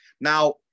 Now